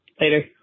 Later